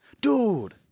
Dude